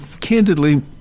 candidly